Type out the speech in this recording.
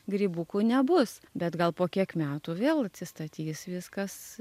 grybukų nebus bet gal po kiek metų vėl atsistatys viskas